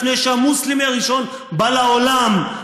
לפני שהמוסלמי הראשון בא לעולם,